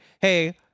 hey